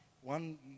One